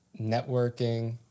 networking